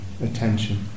attention